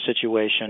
situation